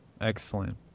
Excellent